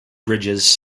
bridges